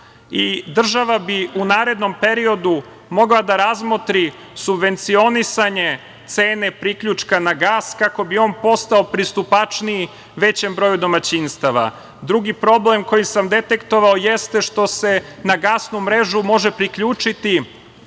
i država bi u narednom periodu mogla da razmotri subvencionisanje cene priključka na gas, kako bi on postao pristupačniji većem broju domaćinstava. Drugi problem, koji sam detektovao jeste što se na gasnu mrežu može priključiti